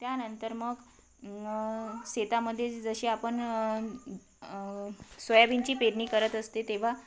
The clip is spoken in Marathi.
त्यानंतर मग शेतामध्ये जशी आपण सोयाबीनची पेरणी करत असते तेव्हा